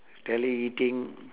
eating